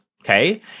okay